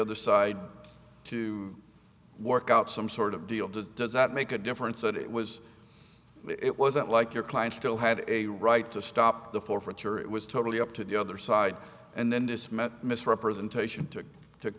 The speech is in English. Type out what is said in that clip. other side to work out some sort of deal to does that make a difference that it was it wasn't like your client still had a right to stop the forfeiture it was totally up to the other side and then this meant misrepresentation to took